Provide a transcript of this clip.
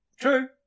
True